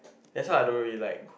that's why I don't really like